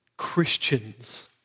Christians